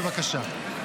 בבקשה.